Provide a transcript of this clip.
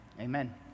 amen